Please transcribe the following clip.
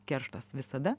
kerštas visada